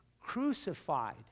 crucified